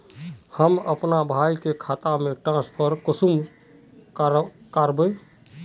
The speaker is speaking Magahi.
हम अपना भाई के खाता में ट्रांसफर कुंसम कारबे?